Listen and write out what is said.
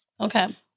Okay